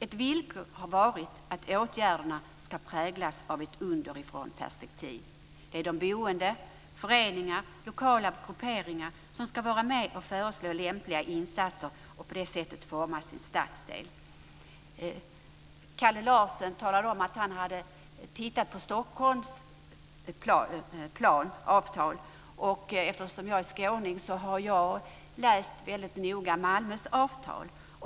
Ett villkor har varit att åtgärderna ska präglas av ett underifrånperspektiv. Det är de boende, föreningar och lokala grupperingar som ska vara med och föreslå lämpliga insatser och på det sättet forma sin stadsdel. Kalle Larsson talade om att han hade tittat på Stockholms avtal. Eftersom jag är skåning har jag noga läst Malmös avtal.